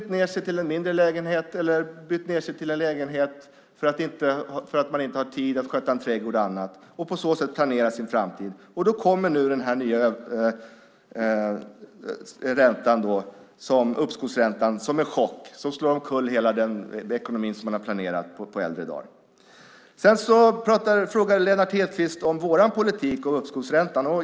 Man kanske har bytt till en mindre lägenhet eller bytt från hus till lägenhet för att man inte har tid att sköta trädgård och annat. Då kommer uppskovsräntan som en chock som slår omkull hela ekonomin som man har planerat på äldre dar. Lennart Hedquist frågade om vår politik och uppskovsräntan.